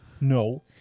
No